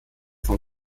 von